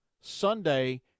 Sunday –